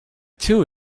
too